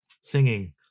singing